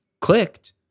clicked